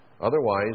Otherwise